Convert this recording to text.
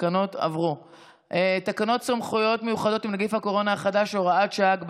תקנות סמכויות מיוחדות להתמודדות עם נגיף הקורונה החדש (הוראת שעה)